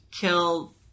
kill